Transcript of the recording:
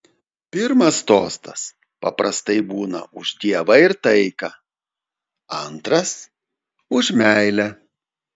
pirmas tostas paprastai būna už dievą ir taiką antras už meilę